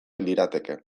lirateke